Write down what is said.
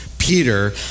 Peter